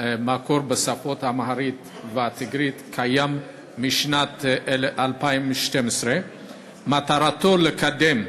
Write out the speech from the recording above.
מקור בשפות האמהרית והטיגרית קיים משנת 2012. מטרתו לקדם,